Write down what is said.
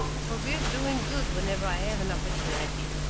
forbear doing good whenever i have an opportunity.